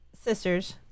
sisters